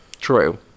True